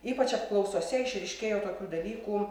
ypač apklausose išryškėjo tokių dalykų